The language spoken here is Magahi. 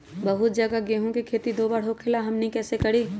बहुत जगह गेंहू के खेती दो बार होखेला हमनी कैसे करी?